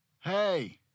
Hey